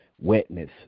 wetness